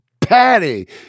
Patty